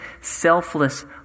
selfless